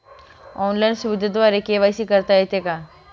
Online सुविधेद्वारे KYC करता येते का?